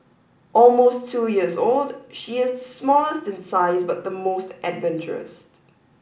almost two years old she is smallest in size but the most adventurous